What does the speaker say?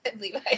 Levi